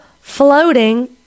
floating